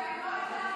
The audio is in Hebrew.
יקרה,